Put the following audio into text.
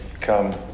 come